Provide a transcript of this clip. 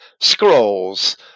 scrolls